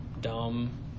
dumb